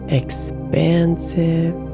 expansive